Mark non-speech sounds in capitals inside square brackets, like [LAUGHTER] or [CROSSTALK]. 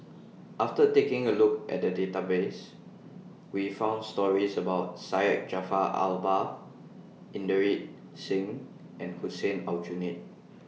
[NOISE] after taking A Look At The Database We found stories about Syed Jaafar Albar Inderjit Singh and Hussein Aljunied